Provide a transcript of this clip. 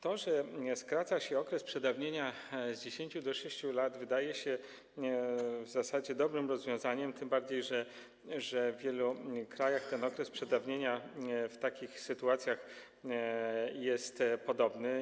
To, że skraca się okres przedawnienia z 10 do 6 lat, wydaje się w zasadzie dobrym rozwiązaniem, tym bardziej że w wielu krajach ten okres przedawnienia w takich sytuacjach jest podobny.